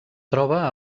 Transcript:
troba